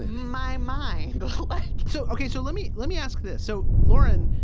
my mind so, ok, so let me let me ask this. so, lauren,